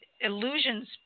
illusions